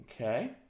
Okay